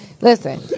Listen